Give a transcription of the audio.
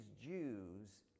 Jews